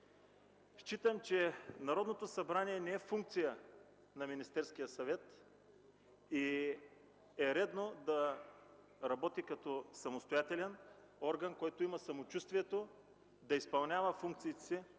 Считам, че Народното събрание не е функция на Министерския съвет и е редно да работи като самостоятелен орган, който има самочувствието да изпълнява функциите си